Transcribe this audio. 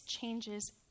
changes